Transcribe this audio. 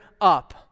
up